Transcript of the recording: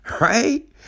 right